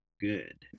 good